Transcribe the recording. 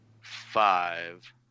five